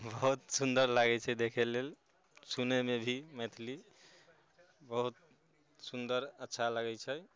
बहुत सुन्दर लागै छै देखै लेल सुनैमे भी मैथिली बहुत सुन्दर अच्छा लागै छै